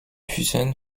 fusionne